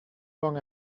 long